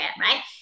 right